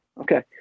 okay